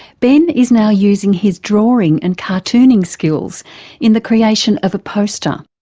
ben is now using his drawing and cartooning skills in the creation of a poster.